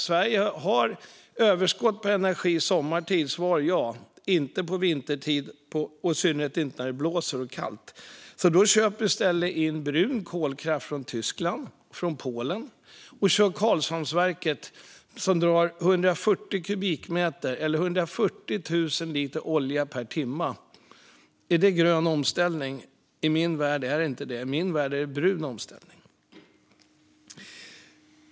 Sverige har överskott på energi sommartid, men inte vintertid - i synnerhet inte när det blåser och är kallt. Då köper Sverige i stället in brun kolkraft från Tyskland och Polen. Sedan körs Karlshamnsverket, som drar 140 000 liter olja per timme. Är det grön omställning? I min värld är det inte så, utan i min värld är det brun omställning.